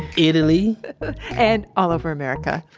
italy and all over america.